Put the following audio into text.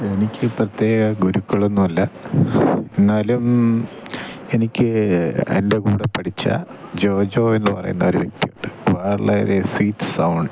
എനിക്ക് പ്രത്യേക ഗുരുക്കളൊന്നുമില്ല എന്നാലും എനിക്ക് എൻ്റെ കൂടെ പഠിച്ച ജോജോയെന്നു പറയുന്ന ഒരു വ്യക്തിയുണ്ട് വളരെ സ്വീറ്റ് സൗണ്ട്